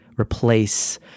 replace